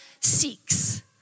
seeks